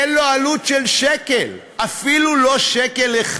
אין לו עלות של שקל, אפילו לא שקל אחד.